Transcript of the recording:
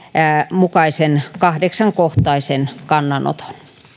mukaisen kahdeksankohtaisen kannanoton